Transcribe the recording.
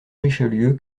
richelieu